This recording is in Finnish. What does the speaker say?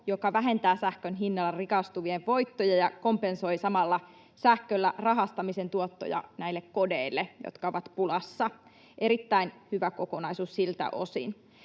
joka vähentää sähkön hinnalla rikastuvien voittoja ja kompensoi samalla sähköllä rahastamisen tuottoja näille kodeille, jotka ovat pulassa. Erittäin hyvä kokonaisuus siltä osin.